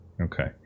Okay